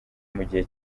mugihe